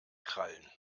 krallen